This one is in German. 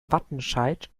wattenscheid